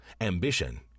Ambition